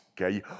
okay